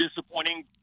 disappointing